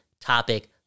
topic